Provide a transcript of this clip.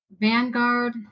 Vanguard